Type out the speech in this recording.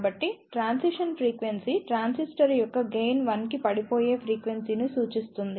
కాబట్టి transition frequency transistor యొక్క gain 1 కి పడిపోయే ఫ్రీక్వెన్సీ ని సూచిస్తుంది